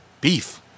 Beef